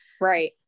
Right